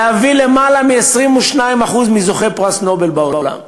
להביא יותר מ-22% מזוכי פרס נובל בעולם,